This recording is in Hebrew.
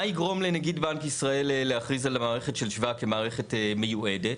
מה יגרום לנגיד בנק ישראל להכריז על המערכת של שבא כמערכת מיועדת?